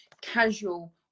casual